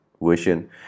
version